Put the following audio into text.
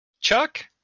Chuck